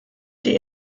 die